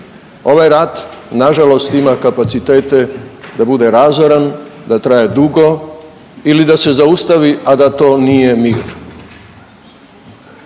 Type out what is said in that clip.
Ovaj rat nažalost ima kapacitete da bude razoran, da traje dugo ili da se zaustavi, a da to nije mir